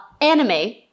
anime